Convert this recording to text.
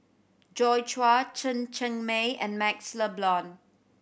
Joi Chua Chen Cheng Mei and MaxLe Blond